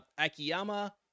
Akiyama